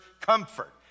comfort